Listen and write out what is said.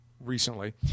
recently